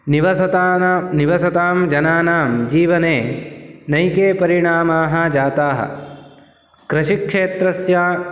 निवसतानां निवसतां जनानां जीवने नैके परिणामाः जाताः कृषिक्षेत्रस्य